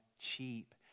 cheap